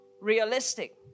realistic